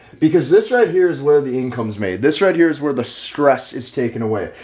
because this right here is where the incomes made. this right here is where the stress is taken away.